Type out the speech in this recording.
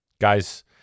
Guys